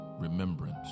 remembrance